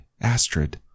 Astrid